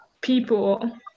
people